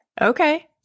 Okay